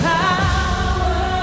power